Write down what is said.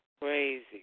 crazy